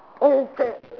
open